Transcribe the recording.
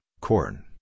corn